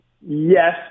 Yes